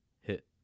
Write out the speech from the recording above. hit